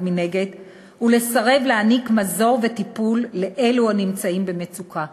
מנגד ולסרב להעניק מזור וטיפול לאלו הנמצאים במצוקה.